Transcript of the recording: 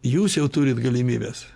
jūs jau turit galimybes